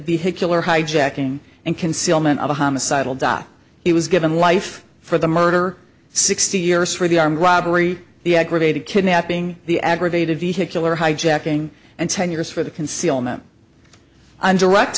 vehicular hijacking and concealment of a homicidal da he was given life for the murder sixty years for the armed robbery the aggravated kidnapping the aggravated vehicular hijacking and ten years for the concealment and direct